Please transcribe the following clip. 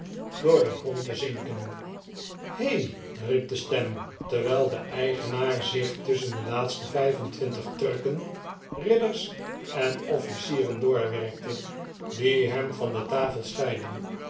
door den grond te zinken he riep de stem terwijl de eigenaar zich tusschen de laatste vijf en n twintig turken ridders en officieren doorwerkte die hem van de tafel scheidden